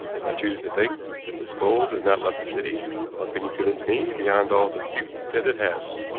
if i choose to think that this gold has not left the city, how can you convince me beyond all dispute that it has?